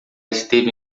esteve